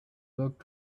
work